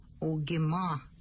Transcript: Ogima